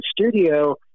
studio